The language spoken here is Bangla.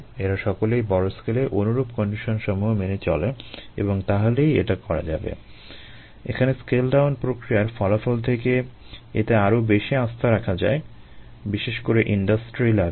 এরা সকলেই বড় স্কেলে অনুরূপ কন্ডিশনসমূহ মেনে চলে এবং তাহলেই এটা করা যাবে এখানে স্কেল ডাউন প্রক্রিয়ার ফলাফল থেকে এতে আরো বেশি আস্থা রাখা যায় বিশেষ করে ইন্ডাস্ট্রি লেভেলে